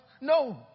No